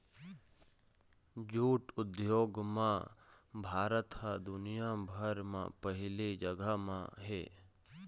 jute उद्योग म भारत ह दुनिया भर म पहिली जघा म हे